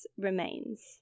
remains